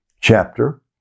chapter